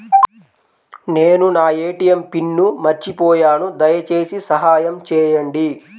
నేను నా ATM PIN మర్చిపోయాను దయచేసి సహాయం చేయండి